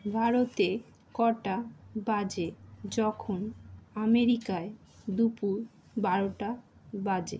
ভারতে কটা বাজে যখন আমেরিকায় দুপুর বারোটা বাজে